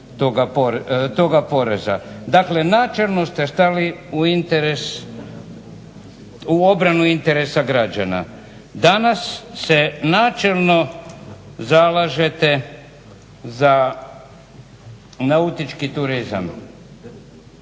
toga poreza. Dakle načelno ste stali u obranu interesa građana. Danas se načelno zalažete za nautički turizam.